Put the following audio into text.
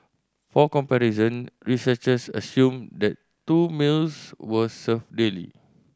for comparison researchers assumed that two meals were served daily